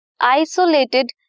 isolated